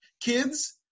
Kids